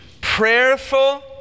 prayerful